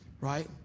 Right